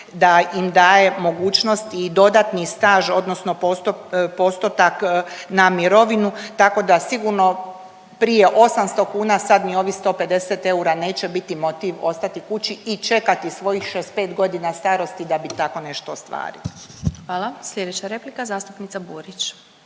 da im daje mogućnost i dodatni staž odnosno postotak na mirovinu tako da sigurno prije 800 kn, sad ni ovih 150 eura neće biti motiv ostati kući i čekati svojih 65 godina starosti da bi tako nešto ostvarili. **Glasovac, Sabina (SDP)** Hvala. Slijedeća replika zastupnica Burić.